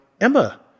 Emma